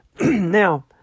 Now